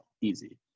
easy